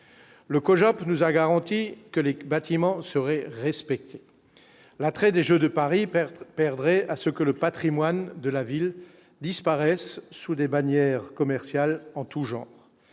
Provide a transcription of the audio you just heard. le nous a garanti que l'écu bâtiment serait respecté l'attrait des jeux de Paris perte perdrait à ce que le Patrimoine de la ville, disparaissent sous des bannières commerciales en tous genre,